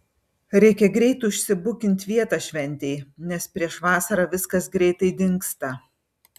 reikia greit užsibukint vietą šventei nes prieš vasarą viskas greitai dingsta